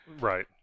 Right